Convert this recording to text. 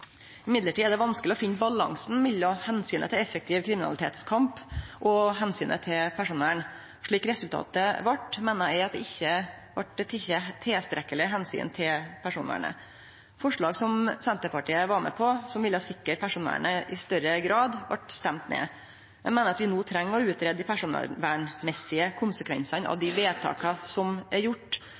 er det vanskeleg å finne balansen mellom omsynet til effektiv kriminalitetskamp og omsynet til personvern. Slik resultatet vart, meiner eg at det ikkje vart teke tilstrekkeleg omsyn til personvernet. Forslag som Senterpartiet var med på – som ville sikra personvernet i større grad – vart stemt ned. Eg meiner at vi no treng å greie ut dei personvernmessige konsekvensane av dei vedtaka som er